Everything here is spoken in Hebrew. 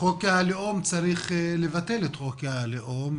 צריך לבטל את חוק הלאום,